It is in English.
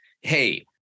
hey